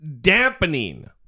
dampening